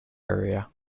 area